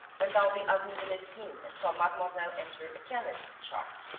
went down the avenue de messine and saw mademoiselle enter a chemist's shop.